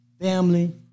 family